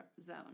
zone